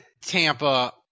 Tampa